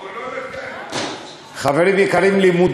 האחרונה שהייתי פה אמרתי: אני אוהב אתכם.